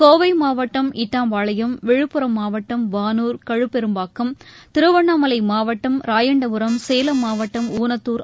கோவைமாவட்டம் இட்டாம்பாளையம் விழுப்புரம் மாவட்டம் வானூர் கழுப்பெரும்பாக்கம் திருவண்ணாமலைமாவட்டம் ராயண்டபுரம் சேலம் மாவட்டம் ஊனத்தூர்